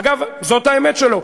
אגב, זאת האמת שלו.